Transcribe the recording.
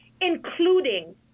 including